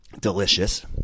Delicious